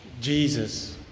Jesus